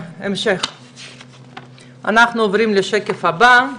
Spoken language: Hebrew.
אנחנו עוברים לשקף הבא.